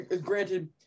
granted